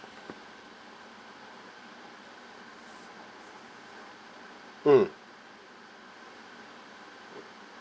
mm